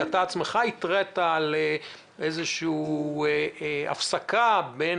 ואתה בעצמך התרעת על איזושהי הפסקה בין